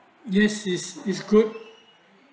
yes is is good